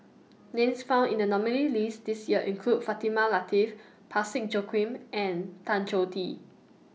Names found in The nominees' list This Year include Fatimah Lateef Parsick Joaquim and Tan Choh Tee